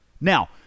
now